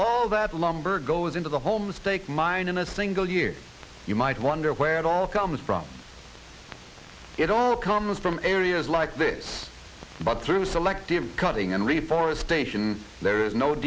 all that lumber goes into the homestake mine in a single year you might wonder where it all comes from it's it all comes from areas like this but through selective cutting and reforestation there is no